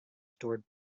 stored